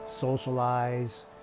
socialize